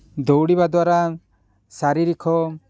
ଦୌଡ଼ିବା ଦ୍ୱାରା ଶାରୀରିକ